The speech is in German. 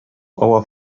our